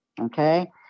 Okay